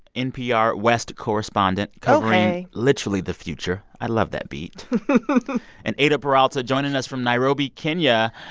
npr west correspondent covering. oh, hey. literally the future. i love that beat and eyder peralta joining us from nairobi, kenya,